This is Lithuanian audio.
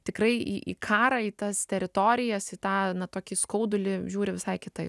tikrai į į karą į tas teritorijas į tą tokį skaudulį žiūri visai kitaip